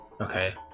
Okay